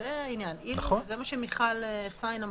זה מה שמיכל פיין אמרה.